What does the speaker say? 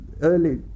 early